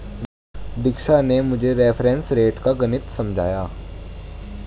दीक्षा ने मुझे reference rate का गणित समझाया